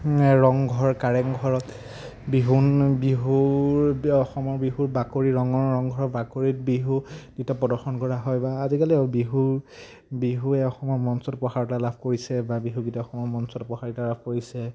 ৰংঘৰ কাৰেংঘৰত বিহু বিহুৰ অসমৰ বিহুৰ বাকৰি ৰঙৰ ৰংঘৰৰ বাকৰিত বিহু নৃত্য প্ৰদৰ্শন কৰা হয় বা আজিকালি বিহু বিহুৱে অসমৰ মঞ্চত প্ৰসাৰতা লাভ কৰিছে বা বিহুগীত অসমৰ মঞ্চত প্ৰসাৰতা লাভ কৰিছে